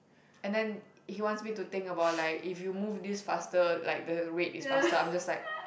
and then he wants me to think about like if you move this faster like the rate is faster I'm just like